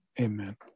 Amen